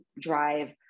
drive